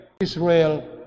Israel